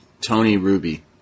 Tony-Ruby